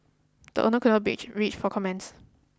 the owners could not be reached for comment